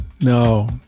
No